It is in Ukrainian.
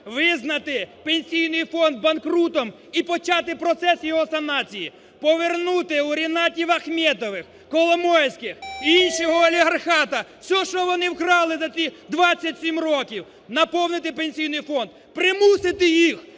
Визнати Пенсійний фонд банкрутом і почати процес його санації. Повернути у ренатів ахметових, коломойських і іншого олігархату все, що вони вкрали за ці 27 років! Наповнити Пенсійний фонд. Примусити їх